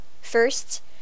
First